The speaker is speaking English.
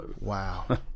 Wow